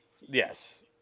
yes